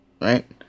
right